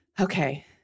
Okay